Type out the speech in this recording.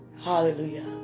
Hallelujah